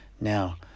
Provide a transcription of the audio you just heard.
Now